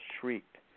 shrieked